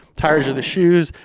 tires are the shoes,